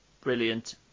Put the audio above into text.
brilliant